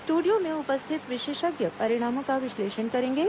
स्ट्रंडियो में उपस्थित विशेषज्ञ परिणामों का विश्लेषण करेंगे